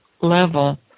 level